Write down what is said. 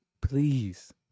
please